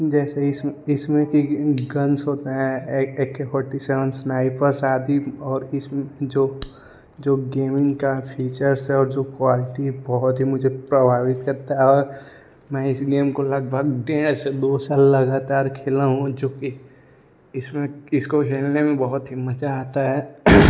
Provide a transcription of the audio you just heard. जैसे इसमें इसमें कि गन्स होते हैं ए के फोर्टी स्नाइपर्स आदि और इसकी जो जो गेमिन्ग के फीचर्स हैं और जो क्वालिटी है बहुत मुझे प्रभावित करती है और मैं इस गेम को लगभग डेढ़ से दो साल लगातार खेला हूँ जो कि इसमें इसको खेलने में बहुत ही मज़ा आता है